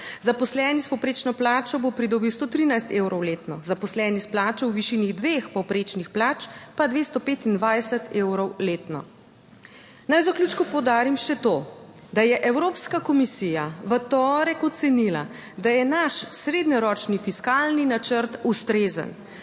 zaposleni s povprečno plačo bo pridobil 113 evrov letno, zaposleni s plačo v višini dveh povprečnih plač pa 225 evrov letno. Naj v zaključku poudarim še to, da je Evropska komisija v torek ocenila, da je naš srednjeročni fiskalni načrt ustrezen.